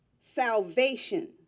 Salvation